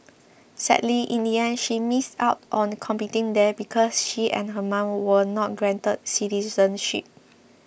sadly in the end she missed out on competing there because she and her mom were not granted citizenship